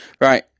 Right